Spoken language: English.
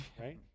right